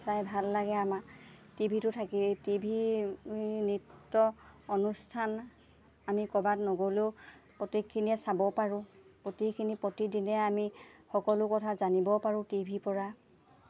চাই ভাল লাগে আমাৰ টি ভিটো থাকি টি ভিৰ নৃত্য অনুষ্ঠান আমি ক'ৰবাত নগ'লেও প্ৰত্যেকখিনিয়ে চাব পাৰোঁ প্ৰতিখিনি প্ৰতিদিনে আমি সকলো কথা জানিবও পাৰোঁ টি ভিৰপৰা